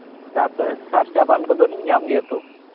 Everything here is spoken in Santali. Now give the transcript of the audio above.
ᱛᱟᱯᱚᱨᱮ ᱥᱟᱨ ᱪᱟᱯᱟᱱ ᱠᱚᱫᱚᱞᱤᱧ ᱧᱟᱢ ᱜᱮᱭᱟ ᱛᱚ